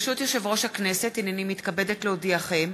ברשות יושב-ראש הכנסת, הנני מתכבדת להודיעכם,